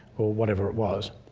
or whatever it was.